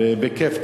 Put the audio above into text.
בכיף,